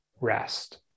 rest